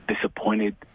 disappointed